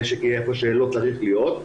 נשק יהיה איפה שלא צריך להיות.